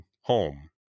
home